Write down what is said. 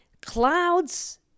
Clouds